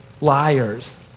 liars